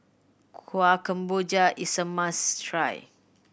Kueh Kemboja is a must try